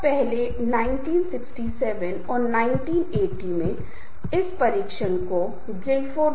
यही कारण है कि हम पाते हैं कि कुछ लोग अगर किसी चीज़ के लिए एक जैसी पसंद रखते हैं जैसे की खेल ताश खेलना कैरम बोर्ड खेलना अथवा साथ में घूमने और चिट चैटिंग करना